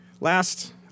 Last